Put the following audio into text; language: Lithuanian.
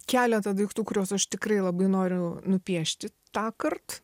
keletą daiktų kuriuos aš tikrai labai noriu nupiešti tąkart